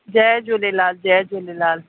जय झूलेलाल जय झूलेलाल